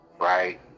right